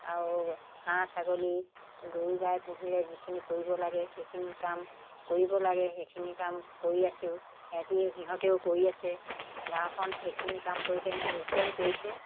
আৰু হাঁহ ছাগলী গৰু গাই পুহিলে যিখিনি কৰিব লাগে সেইখিনি কাম কৰিব লাগে সেইখিনি কাম কৰি আছোঁ সিহঁতি সিহঁতেও কৰি আছে গাঁওখন সেইখিনি কাম কৰি কেনে উজ্জ্বল কৰিছে